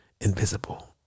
invisible